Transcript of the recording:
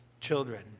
Children